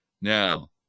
Now